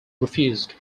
refused